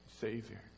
Savior